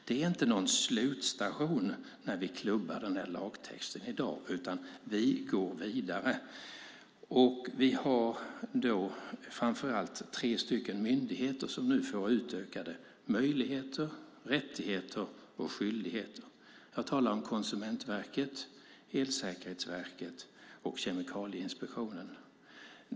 Det är inte en slutstation när vi klubbar lagtexten i dag utan vi går vidare. Det finns framför allt tre myndigheter som nu får utökade möjligheter, rättigheter och skyldigheter. Jag talar om Konsumentverket, Elsäkerhetsverket och Kemikalieinspektionen.